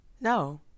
No